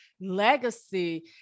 legacy